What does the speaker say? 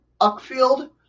Uckfield